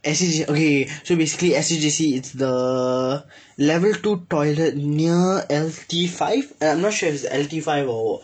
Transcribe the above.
S_A_J okay okay okay so basically S_A_J_C it's the level two toilet near L_T five uh I'm not sure L_T five or